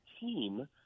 team